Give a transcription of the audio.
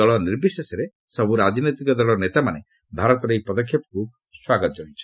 ଦଳ ନିର୍ବିଶେଷରେ ସବୁ ରାଜନୈତିକ ଦଳର ନେତାମାନେ ଭାରତରେ ଏହି ପଦକ୍ଷେପକୁ ସ୍ୱାଗତ ଜଣାଇଛନ୍ତି